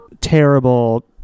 terrible